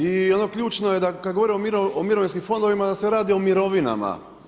I ono ključno je kada govorimo o mirodijskim fondovima, da se radi o mirovinama.